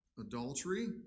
adultery